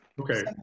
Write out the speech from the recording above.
okay